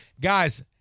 guys